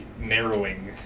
narrowing